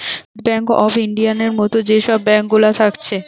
state bank of ইন্ডিয়ার মত যে সব ব্যাঙ্ক গুলা থাকছে